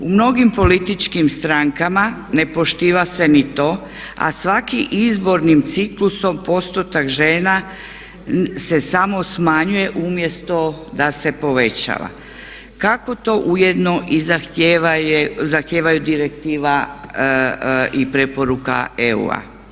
U mnogim političkim strankama ne poštiva se ni to, a svaki izbornim ciklusom postotak žena se samo smanjuje umjesto da se povećava kako to ujedno i zahtijevaju direktiva i preporuka EU.